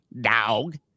dog